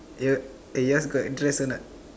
yup eh yours got dress or not